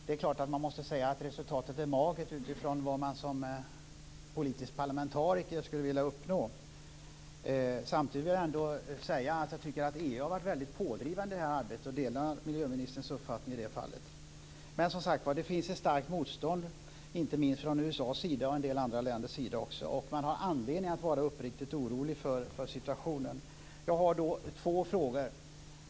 Det är klart att man måste säga att resultatet är magert utifrån vad man som politisk parlamentariker skulle vilja uppnå. Samtidigt vill jag ändå säga att jag tycker att EU har varit väldigt pådrivande i detta arbete. Jag delar miljöministerns uppfattning i det fallet. Det finns som sagt var ett starkt motstånd inte minst från USA:s och också från en del andra länders sida. Man har anledning att vara uppriktigt orolig för situationen. Jag har två frågor.